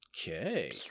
Okay